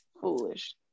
foolish